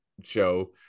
show